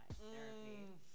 Therapy